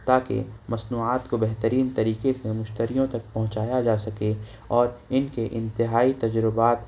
تاکہ مصنوعات کو بہترین طریقے سے مشتریوں تک پہنچایا جا سکے اور ان کے انتہائی تجربات